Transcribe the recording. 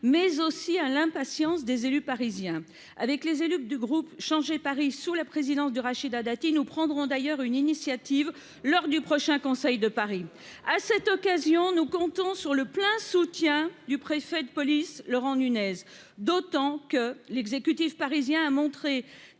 mais aussi à l'impatience des élus parisiens avec les élus du groupe changer Paris sous la présidence de Rachida Dati nous prendrons d'ailleurs une initiative lors du prochain conseil de Paris à cette occasion, nous comptons sur le plein soutien du préfet de police Laurent N'uñez d'autant que l'exécutif parisien a montré